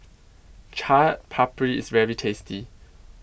Chaat Papri IS very tasty